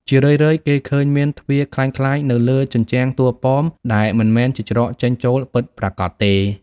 ជារឿយៗ គេឃើញមាន ទ្វារក្លែងក្លាយ នៅលើជញ្ជាំងតួប៉មដែលមិនមែនជាច្រកចេញចូលពិតប្រាកដទេ។